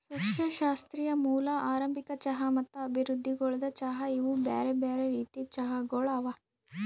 ಸಸ್ಯಶಾಸ್ತ್ರೀಯ ಮೂಲ, ಆರಂಭಿಕ ಚಹಾ ಮತ್ತ ಅಭಿವೃದ್ಧಿಗೊಳ್ದ ಚಹಾ ಇವು ಬ್ಯಾರೆ ಬ್ಯಾರೆ ರೀತಿದ್ ಚಹಾಗೊಳ್ ಅವಾ